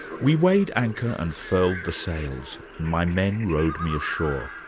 we weighed anchor and furled the sails my men rowed me ashore.